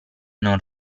non